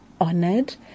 honored